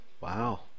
Wow